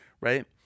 right